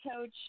Coach